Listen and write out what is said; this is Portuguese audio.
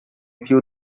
fio